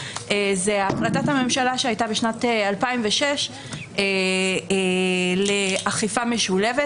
זו החלטת הממשלה שהייתה בשנת 2006 לאכיפה משולבת